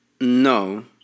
no